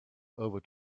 over